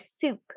soup